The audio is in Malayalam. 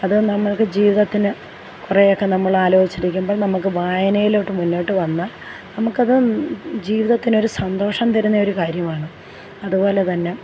അതു നമുക്ക് ജീവിതത്തിന് കുറേയൊക്കെ നമ്മൾ ആലോചിച്ചിരിക്കുമ്പം നമുക്ക് വായനയിലോട്ടു മുന്നോട്ടു വന്നാല് നമുക്കത് ജീവിതത്തില് ഒരു സന്തോഷം തരുന്ന കാര്യമാണ് അതുപോലെതന്നെ